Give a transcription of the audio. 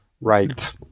Right